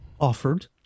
offered